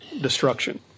destruction